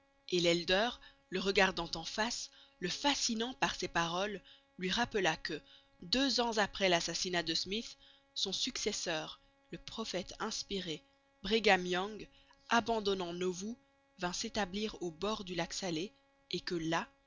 et l'elder le regardant en face le fascinant par ses paroles lui rappela que deux ans après l'assassinat de smyth son successeur le prophète inspiré brigham young abandonnant nauvoo vint s'établir aux bords du lac salé et que là